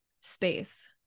space